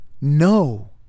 No